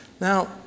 Now